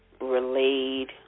relayed